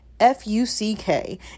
F-U-C-K